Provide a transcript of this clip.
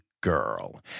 girl